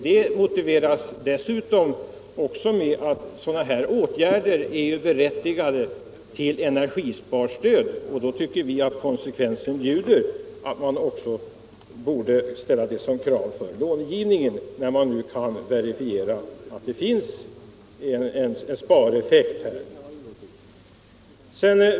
Det motiveras dessutom med att sådana här åtgärder är berättigade till energisparstöd. Då tycker vi att konsekvensen blir att man bör ställa det som krav för långivningen när man kan verifiera att det uppnås en spareffekt.